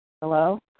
Hello